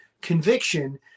conviction